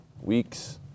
weeks